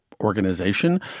organization